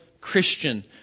Christian